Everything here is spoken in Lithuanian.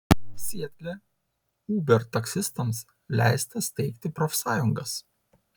sietle uber taksistams leista steigti profsąjungas